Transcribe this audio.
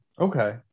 Okay